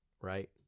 right